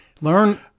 Learn